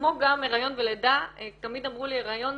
כמו גם הריון ולידה, תמיד אמרו לי הריון